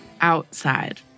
outside